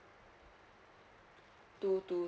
two two